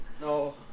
No